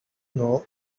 know